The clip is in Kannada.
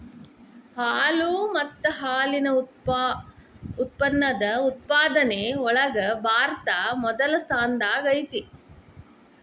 ಹಾಲು ಮತ್ತ ಹಾಲಿನ ಉತ್ಪನ್ನದ ಉತ್ಪಾದನೆ ಒಳಗ ಭಾರತಾ ಮೊದಲ ಸ್ಥಾನದಾಗ ಐತಿ